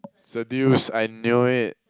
seduce I knew it